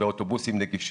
באוטובוסים נגישים,